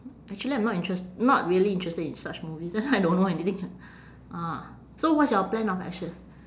actually I'm not interest~ not really interested in such movies that's why I don't know anything ah so what's your plan of action